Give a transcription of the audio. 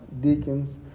deacons